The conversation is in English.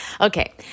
okay